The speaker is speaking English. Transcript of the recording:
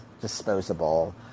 disposable